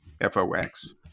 F-O-X